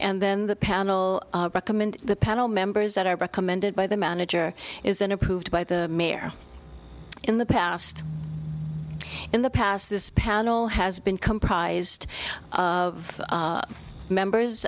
and then the panel recommends the panel members that are recommended by the manager is an approved by the mayor in the past in the past this panel has been comprised of members